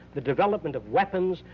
the development of weapons,